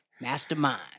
Mastermind